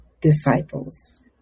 disciples